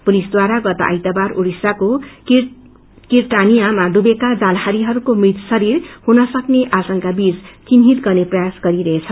पुलिसवारा गत आइतबार उडिस्साको किरटानियामा डुबेका जालहारीहरूको मृत शरीर हुन सक्ने आशंका बीच विन्हित गर्ने प्रयास गरिरहेछ